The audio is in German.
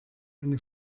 eine